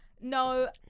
no